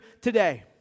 today